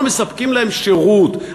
אנחנו מספקים להם שירות,